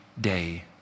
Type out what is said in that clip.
day